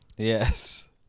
Yes